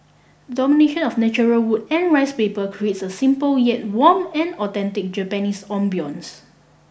the domination of natural wood and rice paper creates a simple yet warm and authentic Japanese ambience